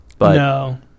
No